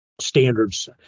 standards